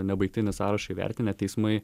nebaigtinį sąrašą įvertinę teismai